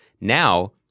Now